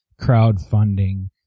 crowdfunding